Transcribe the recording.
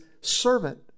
servant